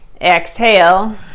exhale